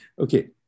Okay